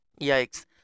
Yikes